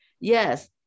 Yes